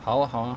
好啊好啊